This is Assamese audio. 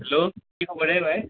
হেল্ল' কি খবৰ হে ভাই